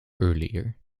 earlier